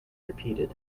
repeated